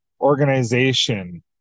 organization